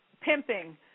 pimping